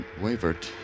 wavered